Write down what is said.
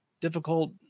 difficult